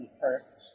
first